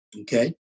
Okay